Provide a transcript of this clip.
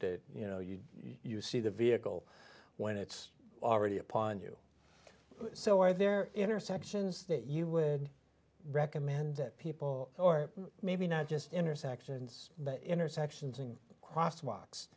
you know you you see the vehicle when it's already upon you so are there intersections that you would recommend that people or maybe not just intersections intersections and cross